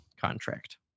contract